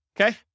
Okay